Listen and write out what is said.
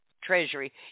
treasury